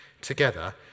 together